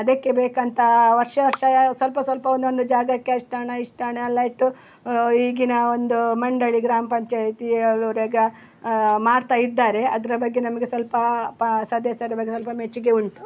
ಅದಕ್ಕೆ ಬೇಕಂತ ವರ್ಷ ವರ್ಷ ಸ್ವಲ್ಪ ಸ್ವಲ್ಪ ಒಂದೊಂದು ಜಾಗಕ್ಕೆ ಅಷ್ಟು ಹಣ ಇಷ್ಟು ಹಣ ಎಲ್ಲ ಇಟ್ಟು ಈಗಿನ ಒಂದು ಮಂಡಳಿ ಗ್ರಾಮ ಪಂಚಾಯ್ತಿ ಮಾಡ್ತ ಇದ್ದಾರೆ ಅದರ ಬಗ್ಗೆ ನಮಗೆ ಸ್ವಲ್ಪ ಸದಸ್ಯರ ಬಗ್ಗೆ ಸ್ವಲ್ಪ ಮೆಚ್ಚುಗೆ ಉಂಟು